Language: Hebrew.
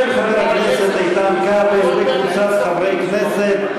של חבר הכנסת איתן כבל וקבוצת חברי הכנסת.